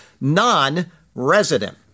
non-resident